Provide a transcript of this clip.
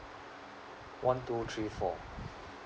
one two three four